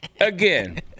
again